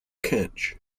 catch